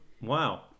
Wow